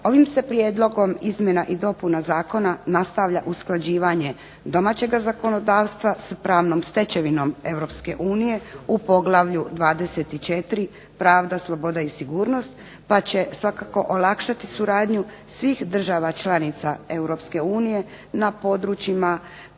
Ovim se prijedlogom izmjena i dopuna zakona nastavlja usklađivanje domaćega zakonodavstva sa pravnom stečevinom Europske unije u poglavlju 24. – Pravda, sloboda i sigurnost, pa će svakako olakšati suradnju svih država članica Europske unije